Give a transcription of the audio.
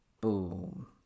Boom